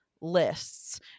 lists